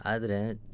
ಆದರೇ